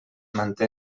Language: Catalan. manté